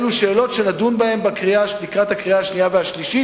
אלו שאלות שנדון בהן לקראת הקריאה השנייה והשלישית.